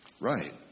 Right